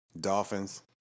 Dolphins